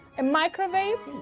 a microwave,